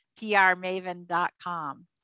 prmaven.com